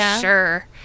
sure